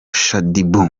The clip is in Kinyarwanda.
shaddy